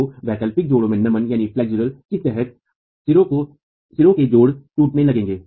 तो वैकल्पिक जोड़ों में नमन के तहत सिरों के जोड़ टूटने लगेंगे